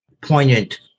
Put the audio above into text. poignant